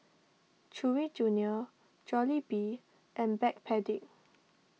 Chewy Junior Jollibee and Backpedic